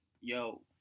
Yo